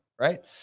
Right